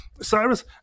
Cyrus